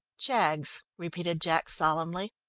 jaggs, repeated jack solemnly.